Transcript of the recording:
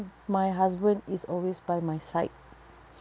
my husband is always by my side